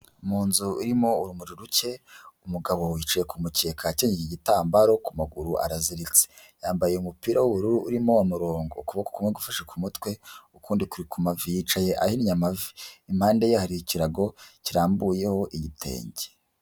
Mu nzu irimo urumuri ruke umugabo wicaye ku mukeka ate igitambaro ku maguru araziritse, yambaye umupira w'ubururu urimo umurongo ukuboko gufashe ku mutwe ukundi kumavi, yicaye ahinnye amavi impande ye hari ikirago kirambuyeho igitenge.